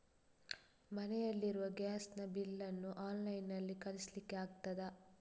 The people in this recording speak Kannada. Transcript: ಮನೆಯಲ್ಲಿ ಇರುವ ಗ್ಯಾಸ್ ನ ಬಿಲ್ ನ್ನು ಆನ್ಲೈನ್ ನಲ್ಲಿ ಕಳಿಸ್ಲಿಕ್ಕೆ ಆಗ್ತದಾ?